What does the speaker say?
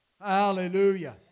Hallelujah